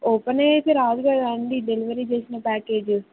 open అయి రాదు కదండి డెలివరీ చేసిన ప్యాకేజ్